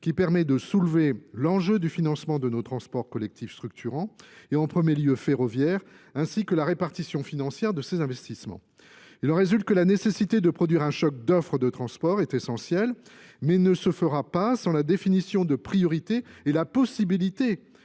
qui permet de soulever l'enjeu du financement de nos transports collectifs structurants de nos transports collectifs structurants en 1ᵉʳ lieu ferroviaire ainsi que la répartition financière de ces investissements. Il en résulte la nécessité de produire un choc d'offres de transport, est essentielle mais ne se fera pas sans la définition de priorités et la possibilité